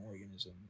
organism